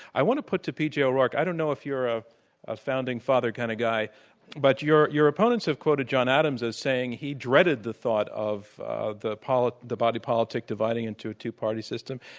i want to put to p. j. o'rourke i don't know if you're ah a founding father kind of guy but your your opponents have quoted john adams as saying he dreaded the thought of ah the of the body politic dividing into a two-party system.